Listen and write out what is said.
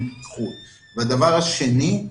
דבר שני,